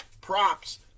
Props